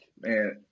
Man